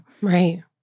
Right